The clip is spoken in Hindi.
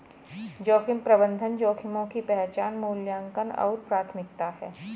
जोखिम प्रबंधन जोखिमों की पहचान मूल्यांकन और प्राथमिकता है